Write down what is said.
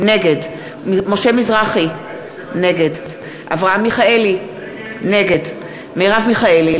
נגד משה מזרחי, נגד אברהם מיכאלי, נגד מרב מיכאלי,